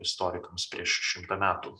istorikams prieš šimtą metų